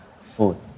food